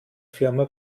firma